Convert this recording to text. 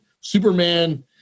Superman